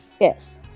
Yes